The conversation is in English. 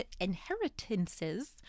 inheritances